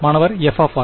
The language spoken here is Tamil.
மாணவர் f